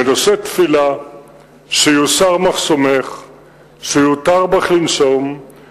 ונושא תפילה "שיוסר מחסומך / שיותר בך לנשום /